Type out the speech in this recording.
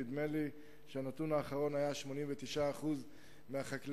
נדמה לי שהנתון האחרון היה ש-89% מהחקלאים